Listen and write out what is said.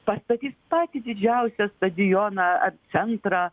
pastatys patį didžiausią stadioną centrą